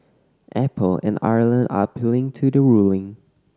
apple and Ireland are appealing to the ruling